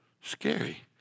Scary